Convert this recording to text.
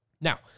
Now